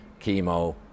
chemo